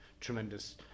tremendous